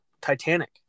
Titanic